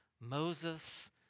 Moses